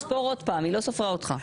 כן, להצבעה.